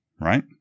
right